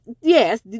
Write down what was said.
Yes